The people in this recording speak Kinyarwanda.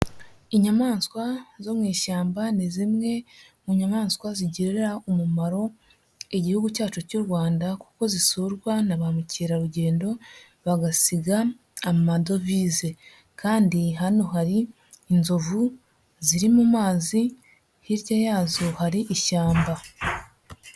Inyamaswa zo mu ishyamba ni zimwe mu nyamaswa zigirira umumaro igihugu cyacu cy'u Rwanda kuko zisurwa na ba mukerarugendo bagasiga amadovize kandi hano hari inzovu ziri mu mazi, hirya yazo hari ishyamba.